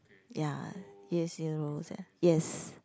ya Ye-Xian rose eh yes